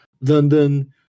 London